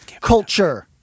culture